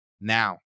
now